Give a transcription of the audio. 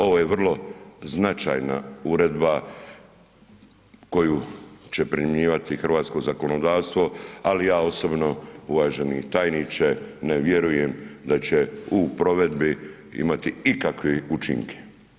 Ovo je vrlo značajna uredba koju će primjenjivati hrvatsko zakonodavstvo, ali ja osobno uvaženi tajniče ne vjerujem da će u provedbi imati ikakve učinke.